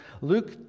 Luke